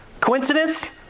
Coincidence